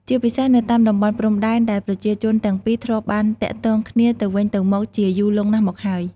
ជាពិសេសនៅតាមតំបន់ព្រំដែនដែលប្រជាជនទាំងពីរធ្លាប់បានទាក់ទងគ្នាទៅវិញទៅមកជាយូរលង់ណាស់មកហើយ។